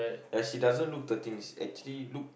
but she doesn't look thirteen actually look